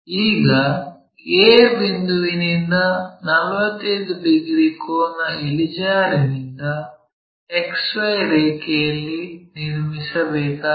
ಈಗ a ಬಿಂದುವಿನಿಂದ 45 degree ಕೋನ ಇಳಿಜಾರಿನಿಂದ XY ರೇಖೆಯಲ್ಲಿ ನಿರ್ಮಿಸಬೇಕಾಗಿದೆ